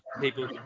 people